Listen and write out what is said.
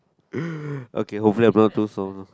okay hopefully I'm not too soft